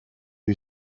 who